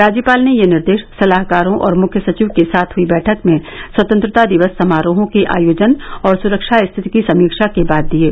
राज्यपाल ने यह निर्देश सलाहकारों और मुख्य सचिव के साथ हुई बैठक में स्वतंत्रता दिवस समारोहों के आयोजन और सुरक्षा स्थिति की समीक्षा के बाद दिये